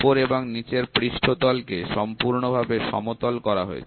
উপর এবং নিচের পৃষ্ঠতল কে সম্পূর্ণভাবে সমতল করা হয়েছে